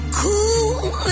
cool